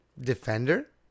Defender